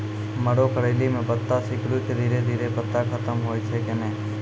मरो करैली म पत्ता सिकुड़ी के धीरे धीरे पत्ता खत्म होय छै कैनै?